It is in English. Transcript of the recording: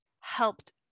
helped